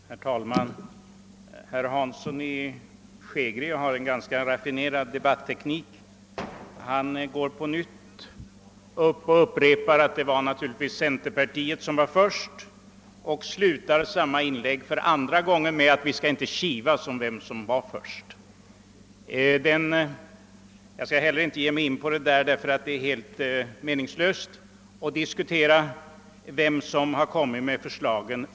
Herr talman! Herr Hansson i Skegrie har en ganska raffinerad debatteknik. Han går upp på nytt och säger att centerpartiet naturligtvis var först och slutar samma inlägg med att för andra gången förklara att vi inte skall kivas om vem som var först. Jag skall inte ge mig in på den saken, ty det är helt meningslöst att diskutera vem som först har lagt fram förslag.